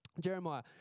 Jeremiah